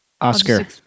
Oscar